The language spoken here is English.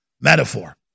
metaphor